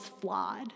flawed